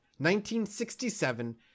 1967